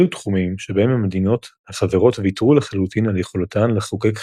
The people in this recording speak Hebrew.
אלו תחומים שבהם המדינות החברות ויתרו לחלוטין על יכולתן לחוקק חקיקה.